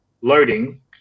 loading